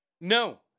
No